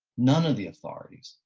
none of the authorities,